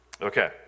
Okay